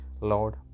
Lord